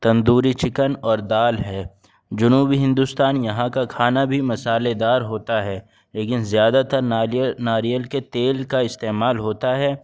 tandoori chicken اور دال ہے جنوبی ہندوستان یہاں کا کھانا بھی مصالحے دار ہوتا ہے لیکن زیادہ تر ناریل ناریل کے تیل کا استعمال ہوتا ہے